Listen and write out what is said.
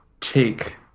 take